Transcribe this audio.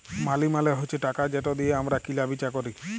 মালি মালে হছে টাকা যেট দিঁয়ে আমরা কিলা বিচা ক্যরি